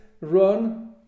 run